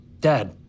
Dad